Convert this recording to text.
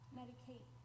medicate